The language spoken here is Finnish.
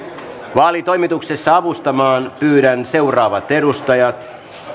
vaalitoimituksessa avustamaan pyydän seuraavat edustajat